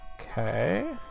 Okay